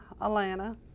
Atlanta